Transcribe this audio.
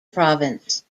province